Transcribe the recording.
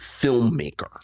filmmaker